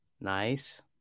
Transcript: Nice